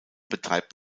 betreibt